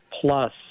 plus